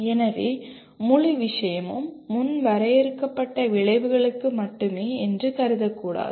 எனவே முழு விஷயமும் முன் வரையறுக்கப்பட்ட விளைவுகளுக்கு மட்டுமே என்று கருதக்கூடாது